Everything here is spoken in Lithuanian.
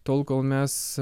tol kol mes